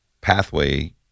pathway